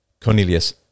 Cornelius